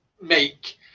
make